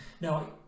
Now